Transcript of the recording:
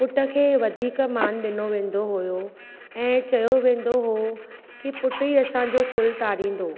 पुट खे वधीक मान ॾिनो वेंदो हुओ ऐं चयो वेंदो हुओ की पुट ई असांजो कुल तारींदो